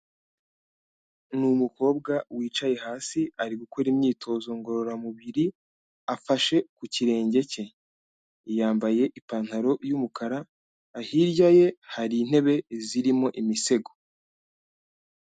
Ni umukobwa wicaye hasi, ari gukora imyitozo ngororamubiri, afashe ku kirenge cye, yambaye ipantaro y'umukara, hirya ye hari intebe zirimo imisego.